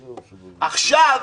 עכשיו,